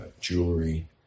jewelry